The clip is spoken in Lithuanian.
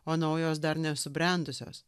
o naujos dar nesubrendusios